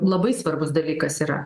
labai svarbus dalykas yra